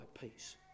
peace